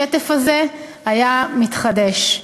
השטף הזה היה מתחדש.